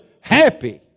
happy